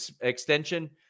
extension